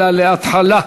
אלא להתחלה.